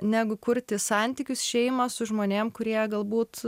negu kurti santykius šeimą su žmonėm kurie galbūt